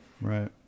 right